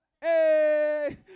Hey